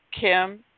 Kim